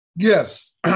Yes